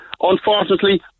Unfortunately